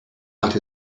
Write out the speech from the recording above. that